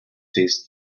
taste